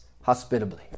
hospitably